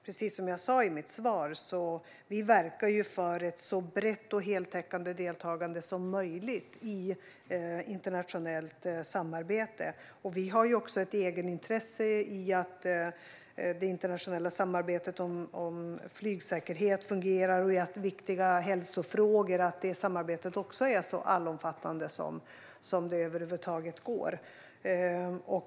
Precis som jag sa i mitt svar verkar vi för ett så brett och heltäckande deltagande som möjligt i internationellt samarbete. Vi har också ett egenintresse av att det internationella samarbetet om flygsäkerhet fungerar och att samarbetet om viktiga hälsofrågor är så allomfattande som det över huvud taget går.